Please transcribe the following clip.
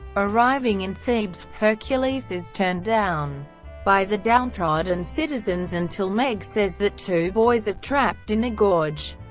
arriving in thebes, hercules is turned down by the downtrodden citizens until meg says that two boys are trapped in a gorge.